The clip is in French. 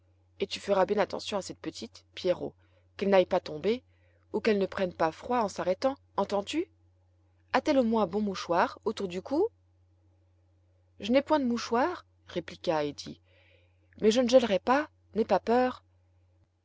et tu feras bien attention à cette petite pierrot qu'elle n'aille pas tomber on qu'elle ne prenne pas froid en s'arrêtant entends-tu a-t-elle au moins un bon mouchoir autour du cou je n'ai point de mouchoir répliqua heidi mais je ne gèlerai pas n'aie pas peur